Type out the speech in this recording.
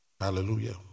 Hallelujah